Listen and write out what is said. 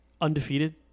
Undefeated